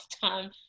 time